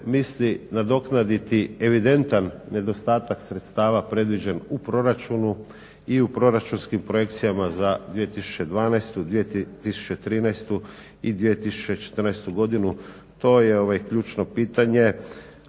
misli nadoknaditi evidentan nedostatak sredstava predviđen u proračunu i u proračunskim projekcijama za 2012., 2013. i 2014. godinu. To je ključno pitanje,